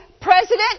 president